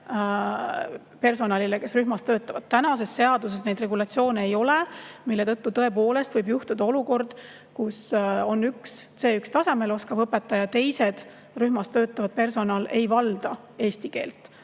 personalile, kes rühmas töötab. [Kehtivas] seaduses neid regulatsioone ei ole, mille tõttu tõepoolest võib juhtuda olukord, kus on üks C1‑tasemel [eesti keelt] oskav õpetaja, aga muu rühmas töötav personal ei valda eesti keelt.